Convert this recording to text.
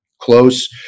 close